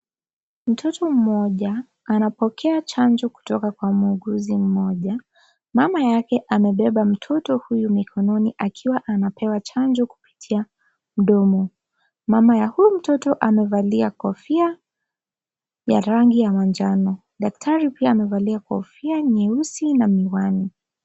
Mtoto mmoja anapokea chanjo kutoka kwa muuguzi mmoja. Mama yake amebeba mtoto huyu mikononi akiwa anapewa chanjo kupitia mdomo. Mama ya huyu mtoto amevalia kofia ya rangi ya manjano. Daktari pia amevalia kofia nyeusi na miwani.